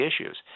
issues